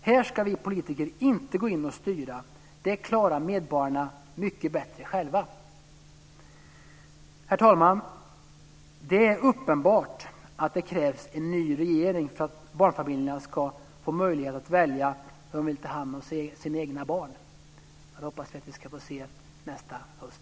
Här ska vi politiker inte gå in och styra. Det klarar medborgarna mycket bättre själva. Herr talman! Det är uppenbart att det krävs en ny regering för att barnfamiljerna ska få möjlighet att välja hur de vill ta hand om sina egna barn. Det hoppas jag att vi ska få se nästa höst.